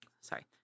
sorry